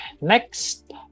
Next